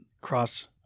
cross